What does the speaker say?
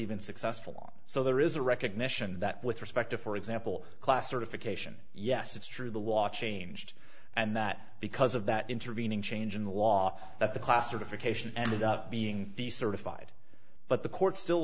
even successful so there is a recognition that with respect to for example class certification yes it's true the watch anges and that because of that intervening change in the law that the classification ended up being the certified but the court still